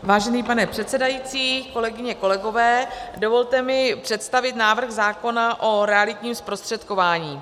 Vážený pane předsedající, kolegyně, kolegové, dovolte mi představit návrh zákona o realitním zprostředkování.